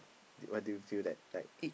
what do you feel like like